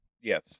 Yes